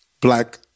black